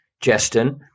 Justin